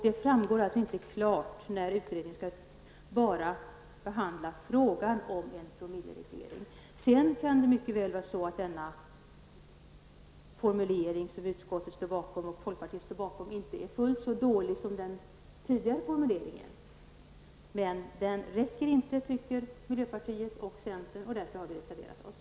Det framgår alltså inte klart om utredningen enbart skall behandla frågan om en promillereglering. Sedan kan det mycket väl vara så att denna formulering som utskottet och folkpartiet står bakom inte är fullt så dålig som den tidigare formuleringen. Men vi miljöpartister och centern anser att utskottets skrivning inte är tillräcklig, och det är därför som vi har reserverat oss.